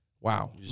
Wow